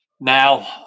now